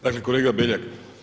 Dakle, kolega Beljak.